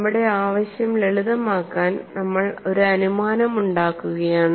നമ്മുടെ ആവശ്യം ലളിതമാക്കാൻ നമ്മൾ ഒരു അനുമാനം ഉണ്ടാക്കുകയാണ്